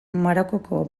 marokoko